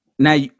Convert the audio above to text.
Now